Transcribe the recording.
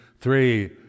three